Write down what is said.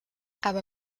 aber